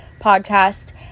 podcast